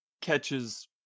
catches